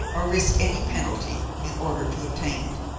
or risk any penalty, in order to obtain it.